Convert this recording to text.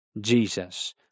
Jesus